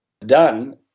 done